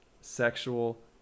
sexual